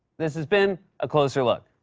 this has been a closer look.